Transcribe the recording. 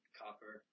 copper